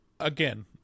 again